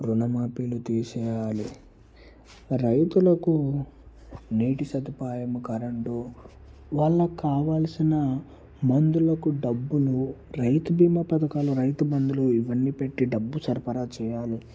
రుణమాఫీలు తీసివేయాలి రైతులకు నీటి సదుపాయము కరెంటు వాళ్ళకి కావాల్సిన మందులకు డబ్బులు రైతు బీమా పథకాలు రైతుబంధులు ఇవన్నీ పెట్టి డబ్బు సరఫరా చేయాలి